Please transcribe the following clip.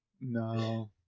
No